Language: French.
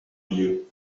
vieux